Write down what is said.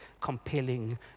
compelling